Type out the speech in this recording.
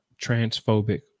transphobic